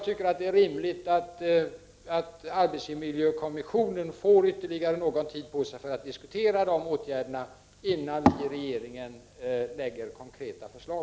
Det är rimligt att arbetsmiljökommissionen får ytterligare någon tid på sig för att diskutera de åtgärderna innan regeringen lägger konkreta förslag.